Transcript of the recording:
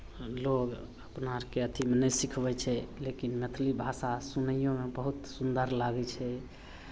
लोक अपना आरके अथीमे नहि सिखबै छै लेकिन मैथिली भाषा सुनैओमे बहुत सुन्दर लागै छै